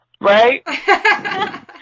right